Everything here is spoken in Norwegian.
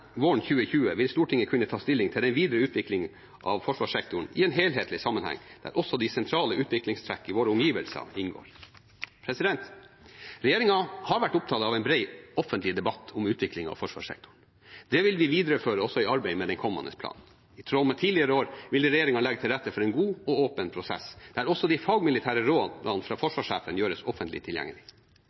våren 2020, vil Stortinget kunne ta stilling til den videre utviklingen av forsvarssektoren i en helhetlig sammenheng, der også de sentrale utviklingstrekk i våre omgivelser inngår. Regjeringen har vært opptatt av en bred offentlig debatt om utviklingen av forsvarssektoren. Det vil vi videreføre også i arbeidet med den kommende planen. I tråd med tidligere år vil regjeringen legge til rette for en god og åpen prosess, der også de fagmilitære rådene fra forsvarssjefen gjøres offentlig